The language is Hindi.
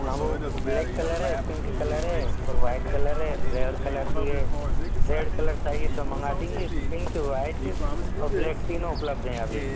हाँ वो ब्लैक कलर है पिंक कलर है और वाइट कलर है रेड कलर भी है रेड कलर चाहिए तो मंगा देंगे पिंक वाइट और ब्लैक तीनों उपलब्ध हैं अभी